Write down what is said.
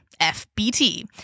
FBT